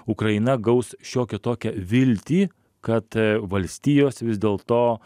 ukraina gaus šiokią tokią viltį kad valstijos vis dėlto